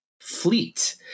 fleet